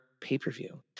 pay-per-view